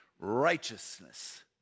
Righteousness